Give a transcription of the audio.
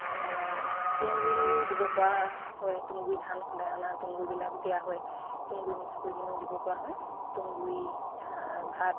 তুঁহগুড়িও দিব পৰা হয় তুঁহগুড়ি ধান খুন্দায় অনা তুঁহগুড়িবিলাক দিয়া হয় তুঁহগুড়ি মিক্স কৰি কিনেও দিব পৰা হয় তুঁহগুড়ি ভাত